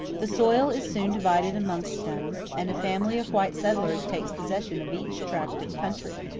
the soil is soon divided amongst them, and a family of white settlers takes possession of each tract of country.